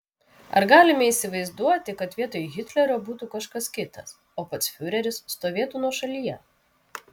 ar galime įsivaizduoti kad vietoj hitlerio būtų kažkas kitas o pats fiureris stovėtų nuošalyje